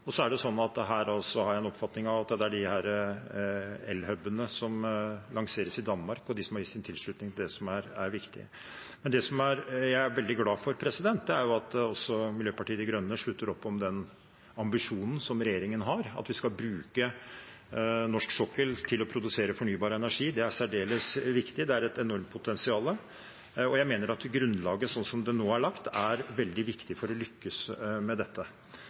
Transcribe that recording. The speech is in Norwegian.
har også en oppfatning av at dette gjelder elhub-er som skal lanseres i Danmark, og de som har gitt sin tilslutning til det, som er viktig. Det jeg er veldig glad for, er at også Miljøpartiet De Grønne slutter opp om den ambisjonen som regjeringen har, om at vi skal bruke norsk sokkel til å produsere fornybar energi. Det er særdeles viktig, det har et enormt potensial. Jeg mener grunnlaget, slik det nå er lagt, er veldig viktig for å lykkes med dette.